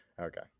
Okay